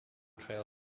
trail